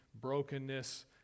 brokenness